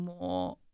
more